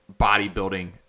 bodybuilding